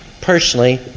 personally